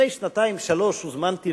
לפני שנתיים, שלוש, הוזמנתי